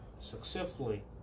successfully